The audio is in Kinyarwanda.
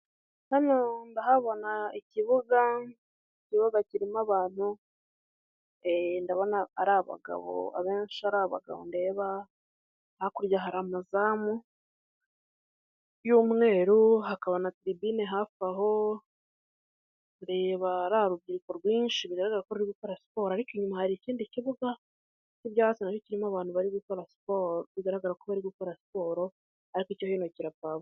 Hano ndahabona ikibuga, ikibuga kirimo abantu ndabona ari abagabo, abenshi ni abagabo ndeba, hakurya hari amazamu y'umweru hakaba na turbine hafi aho ndeba ari urubyiruko rwinshi bigaragara ko bari gukora siporo ariko inyuma hari ikindi kibuga k'ibyatsi nacyo kirimo abantu bari gukora siporo bigaragara ko bari gukora siporo ariko icyo hino kirapa.